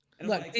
look